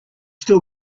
still